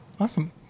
Awesome